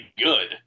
good